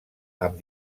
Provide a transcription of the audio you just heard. amb